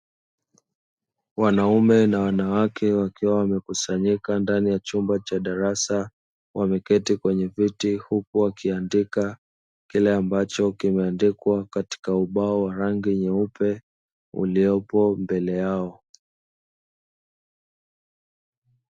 Wanaume na wanawake wakiwa wamekusanyika ndani ya chumba cha darasa, wameketi kwenye viti huku wakiandika kile ambacho kimeandikwa katika ubao wa rangi nyeupe uliyopo mbele yao.